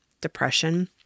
depression